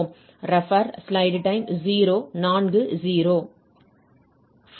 Fourier cosine தொகையிடலை எடுத்துக்கொள்வோம்